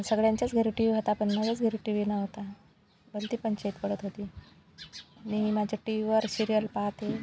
सगळ्यांच्याच घरी TV होता पण माझ्याच घरी टी वी नव्हता भलती पंचाईत पडत होती मी माझ्या टी वीवर सिरियल पाहते